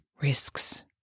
risks